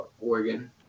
Oregon